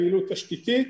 פעילות תשתיתית.